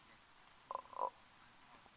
oh